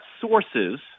sources